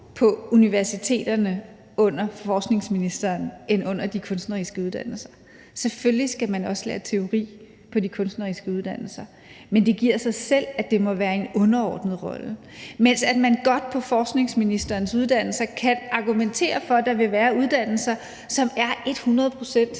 på universiteterne under uddannelses- og forskningsministeren end på de kunstneriske uddannelser. Selvfølgelig skal man også lære teori på de kunstneriske uddannelser, men det giver sig selv, at det må være i en underordnet rolle, mens man under uddannelses- og forskningsministerens uddannelser godt kan argumentere for, at der vil være uddannelser, som er hundrede procent